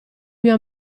mio